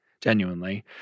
genuinely